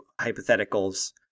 hypotheticals